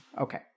Okay